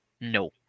No